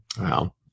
Wow